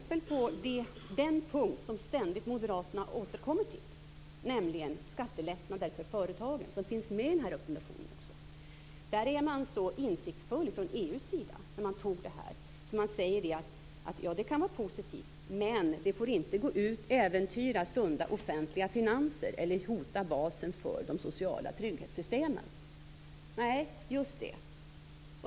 På den punkt som Moderaterna ständigt återkommer till, nämligen skattelättnader för företagen som också finns med i rekommendationen, var man så insiktsfull från EU:s sida när man antog rekommendationen att man sade: Ja, det kan vara positivt, men det får inte äventyra sunda offentliga finanser eller hota basen för de sociala trygghetssystemen. Nej, just det.